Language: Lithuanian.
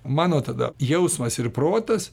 mano tada jausmas ir protas